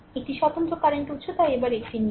একটি স্বতন্ত্র কারেন্ট উত্স তাই একবারে একটি নিন